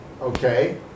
okay